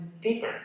deeper